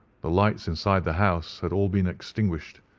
the lights inside the house had all been extinguished,